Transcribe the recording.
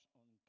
on